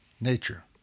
nature